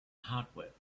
hardware